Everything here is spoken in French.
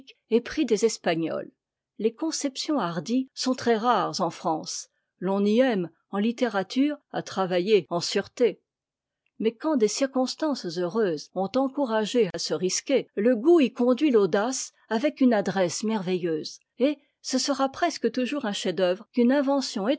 est pris des espagnols les conceptions hardies sont très rares en france l'on y aime en littérature à travaiher en sûreté mais quand des circonstances heureuses ont encouragé à se risquer le goût y conduit l'audace avec une adresse merveilleuse et ce sera presque toujours un chef-d'oeuvre qu'une invention